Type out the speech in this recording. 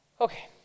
okay